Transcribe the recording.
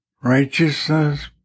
righteousness